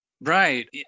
Right